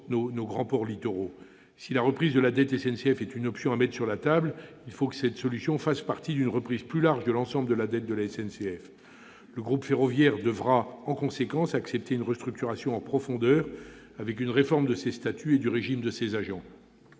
nos grands ports littoraux. Si la reprise de la dette de Fret SNCF est une option à mettre sur la table, il faut que cette solution fasse partie d'une reprise plus large de l'ensemble de la dette de la SNCF. Le groupe ferroviaire devra en conséquence accepter une restructuration en profondeur, avec une réforme de ses statuts et du régime de ses agents.